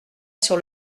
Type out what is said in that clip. sur